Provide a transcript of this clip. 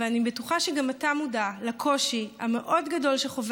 אני בטוחה שגם אתה מודע לקושי המאוד-גדול שחווה